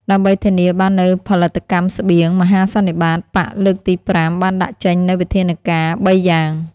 ដើម្បីធានាបាននូវផលិតកម្មស្បៀង មហាសន្និបាតបក្សលើកទី៥ បានដាក់ចេញនូវវិធានការបីយ៉ាង។